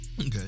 Okay